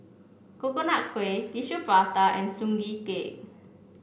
Coconut Kuih Tissue Prata and Prata Bawang